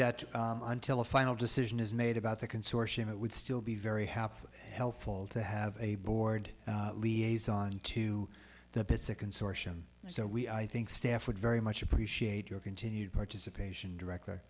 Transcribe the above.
that until a final decision is made about the consortium it would still be very helpful helpful to have a board liaison to the pits a consortium so we i think staff would very much appreciate your continued participation director